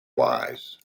wise